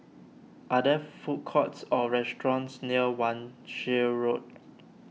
are there food courts or restaurants near Wan Shih Road